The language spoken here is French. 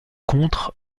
contre